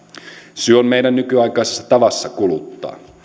syy on meidän nykyaikaisessa tavassa kuluttaa